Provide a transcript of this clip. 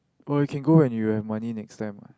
or you can go when you have money next time [what]